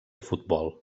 futbol